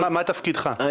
מה תפקידך?